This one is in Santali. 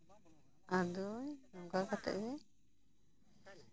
ᱟᱫᱚᱭ ᱚᱱᱠᱟ ᱠᱟᱛᱮᱫ ᱜᱮ